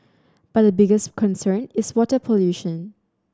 but the biggest concern is water pollution